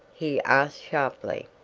he asked sharply.